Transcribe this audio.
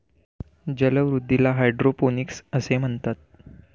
जलवृद्धीला हायड्रोपोनिक्स असे म्हणतात